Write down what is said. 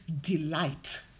delight